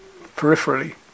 peripherally